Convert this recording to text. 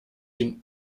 den